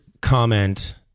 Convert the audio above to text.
comment